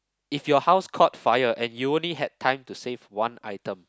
if your house caught fire and you only had time to save one item